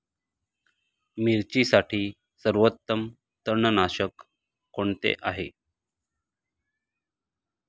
मिरचीसाठी सर्वोत्तम तणनाशक कोणते आहे?